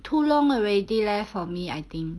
too long already leh for me I think